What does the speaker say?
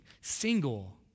single